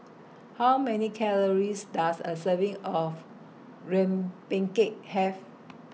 How Many Calories Does A Serving of Rempeyek Have